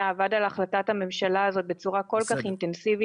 עבד על החלטת הממשלה הזאת בצורה כל כך אינטנסיבית,